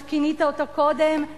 איך כינית אותו קודם,